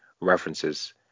references